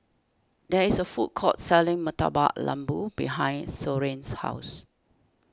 there is a food court selling Murtabak Lembu behind Soren's house